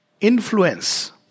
influence